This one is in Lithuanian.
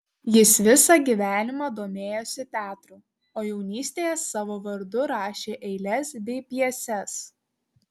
jis visą gyvenimą domėjosi teatru o jaunystėje savo vardu rašė eiles bei pjeses